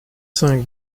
cinq